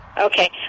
Okay